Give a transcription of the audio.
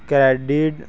credit